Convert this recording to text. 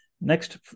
next